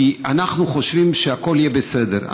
כי אנחנו חושבים שהכול יהיה בסדר.